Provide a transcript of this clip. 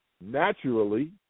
Naturally